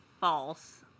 false